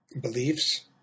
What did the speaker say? beliefs